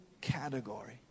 category